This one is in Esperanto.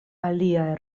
aliaj